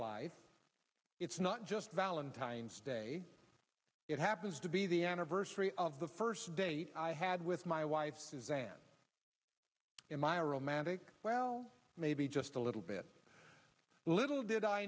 life it's not just valentine's day it happens to be the anniversary of the first date i had with my wife suzanne and my romantic well maybe just a little bit little did i